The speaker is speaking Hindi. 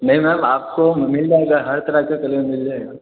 नहीं मैम आपको मिल जाएगा हर तरह का कलर मिल जाएगा